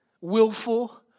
willful